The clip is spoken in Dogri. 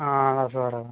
हां दस बारां दा